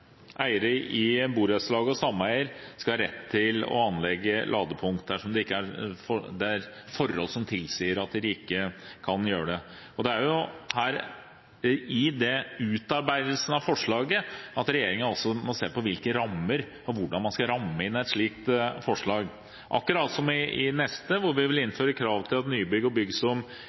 eiere i borettslag og sameier skal ha rett til å anlegge ladepunkt dersom det ikke er forhold som tilsier at de ikke kan gjøre det. Det er her i utarbeidelsen av forslaget at regjeringen også må se på rammer og hvordan en skal ramme inn et slikt forslag. Akkurat som i det neste, hvor vi vil innføre krav til at nybygg og